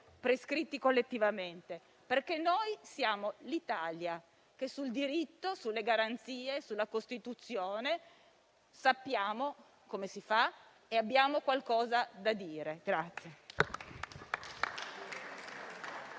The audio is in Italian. prescritti collettivamente, ma perché noi siamo l'Italia e sul diritto, sulle garanzie e sulla Costituzione sappiamo come si fa e abbiamo qualcosa da dire.